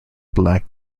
black